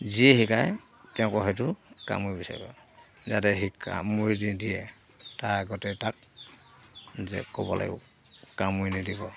যিয়ে শিকায় তেওঁকো হয়তো কামুৰিব বিচাৰিব যাতে সি কামুৰি নিদিয়ে তাৰ আগতে তাক যে ক'ব লাগিব কামুৰি নিদিব